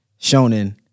shonen